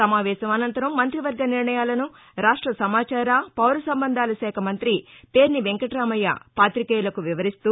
సమావేశం అనంతరం మంత్రివర్గ నిర్ణయాలను రాష్ట సమాచార పౌరసంబంధాల శాఖ మంత్రి పేర్ని వెంకటామయ్య పాతికేయులకు వివరిస్తూ